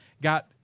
got